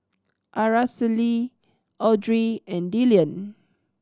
Aracely Audry and Dillion